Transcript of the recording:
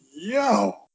yo